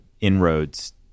inroads